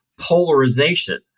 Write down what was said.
polarization